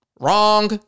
wrong